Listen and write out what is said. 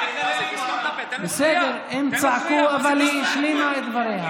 הם צעקו, אבל היא השלימה את דבריה.